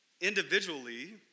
individually